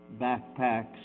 backpacks